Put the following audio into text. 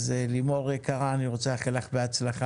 אז לימור, יקרה, אני רוצה לאחל לך בהצלחה.